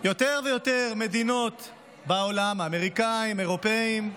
יותר ויותר מדינות בעולם, האמריקאים, אירופים,